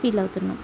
feel అవుతున్నాం